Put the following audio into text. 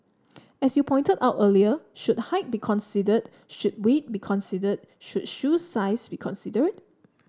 as you pointed out earlier should height be considered should weight be considered should shoe size be considered